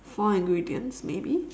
four ingredients maybe